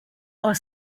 are